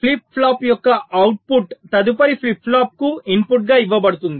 flip flop యొక్క output తదుపరి flip flop కు ఇన్పుట్గా ఇవ్వబడుతుంది